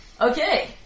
Okay